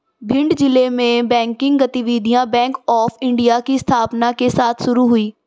भिंड जिले में बैंकिंग गतिविधियां बैंक ऑफ़ इंडिया की स्थापना के साथ शुरू हुई